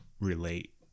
relate